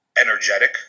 energetic